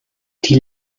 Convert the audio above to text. die